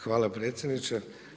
Hvala predsjedniče.